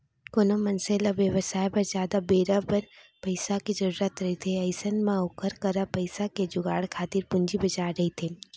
कोनो मनसे ल बेवसाय बर जादा बेरा बर पइसा के जरुरत रहिथे अइसन म ओखर करा पइसा के जुगाड़ खातिर पूंजी बजार रहिथे